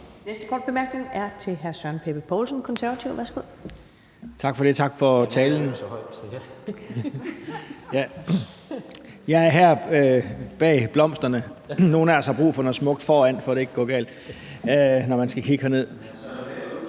Værsgo. Kl. 19:53 Søren Pape Poulsen (KF): Tak for det, tak for talen. Jeg står her bag blomsterne; nogle af os har brug for noget smukt foran, for at det ikke går galt, når man skal kigge herned.